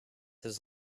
his